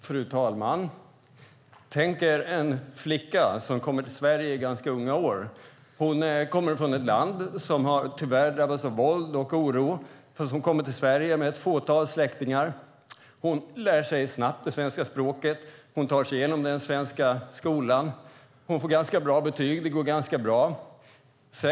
Fru talman! Tänk er en flicka som kommer till Sverige i unga år. Hon kommer från ett land som har drabbats av våld och oro. Hon kommer till Sverige med ett fåtal släktingar. Hon lär sig snabbt svenska språket. Hon tar sig igenom den svenska skolan och får ganska bra betyg.